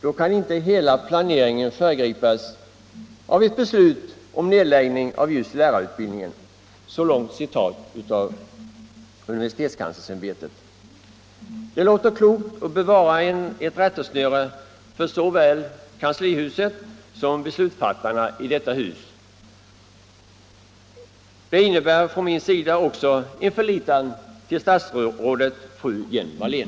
Då kan inte hela planeringen föregripas av ett beslut om nedläggning av just lärarutbildning.” Det låter klokt och bör vara ett rättesnöre för såväl kanslihus som beslutsfattare i detta hus. Detta innebär från min sida också en förlitan till statsrådet fru Hjelm-Wallén.